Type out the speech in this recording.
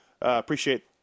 Appreciate